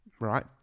right